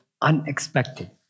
unexpected